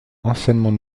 anciennement